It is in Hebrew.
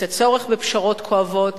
את הצורך בפשרות כואבות,